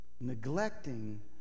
Neglecting